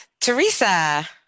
Teresa